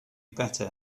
better